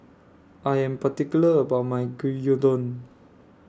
I Am particular about My Gyudon